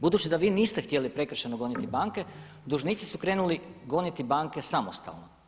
Budući da vi niste htjeli prekršajno goniti banke dužnici su krenuli goniti banke samostalno.